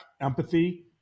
empathy